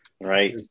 Right